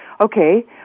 okay